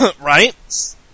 right